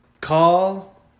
call